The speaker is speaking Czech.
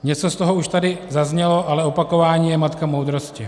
Něco z toho už tady zaznělo, ale opakování je matka moudrosti.